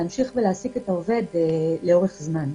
להמשיך להעסיק את העובד לאורך זמן.